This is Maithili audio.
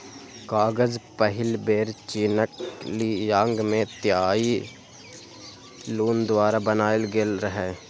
कागज पहिल बेर चीनक ली यांग मे त्साई लुन द्वारा बनाएल गेल रहै